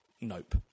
Nope